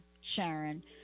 Sharon